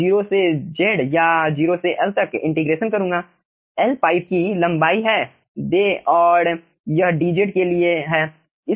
0 से z या 0 से L तक इंटीग्रेशन करूंगा L पाइप की लंबाई है दें और यह dz के लिए है